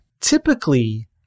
Typically